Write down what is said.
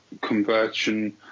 conversion